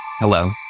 Hello